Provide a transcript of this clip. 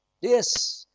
yes